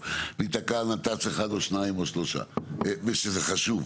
נתקע על נת"צ אחד או שניים או שלושה ושזה חשוב,